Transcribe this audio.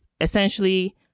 essentially